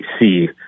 see